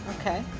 Okay